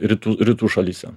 rytų rytų šalyse